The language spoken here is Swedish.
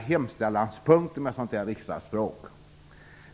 hemställanspunkter - som vi kallar dem med vårt riksdagsspråk.